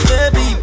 Baby